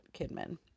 Kidman